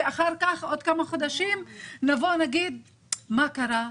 ואחר כך עוד כמה חודשים נגיד: מה קרה?